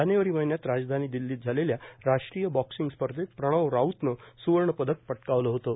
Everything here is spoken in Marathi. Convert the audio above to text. जानेवारी महिन्यात राजधानी दिल्लीत झालेल्या राष्ट्रीय बॉक्सिंग स्पर्धेत प्रणव राऊतने स्वर्णपदक पटकावलं होतं